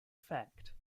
effect